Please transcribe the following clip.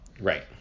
Right